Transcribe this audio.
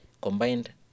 combined